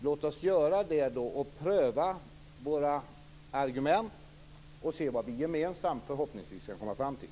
Låt oss göra det och pröva våra argument och se vad vi gemensamt förhoppningsvis kan komma fram till.